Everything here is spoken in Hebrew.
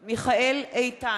מצביע מיכאל בן-ארי,